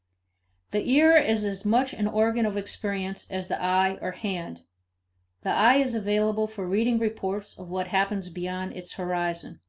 the ear is as much an organ of experience as the eye or hand the eye is available for reading reports of what happens beyond its horizon.